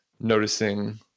noticing